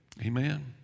Amen